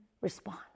respond